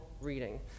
reading